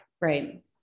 Right